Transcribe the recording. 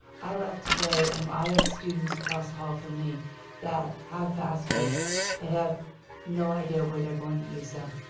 i left today, and i have students across the hall from me that have fasfas that have no idea where they're going to use them.